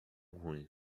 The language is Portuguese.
ruim